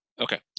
Okay